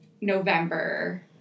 November